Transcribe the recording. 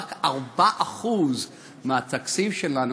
רק 4% מהתקציב שלנו,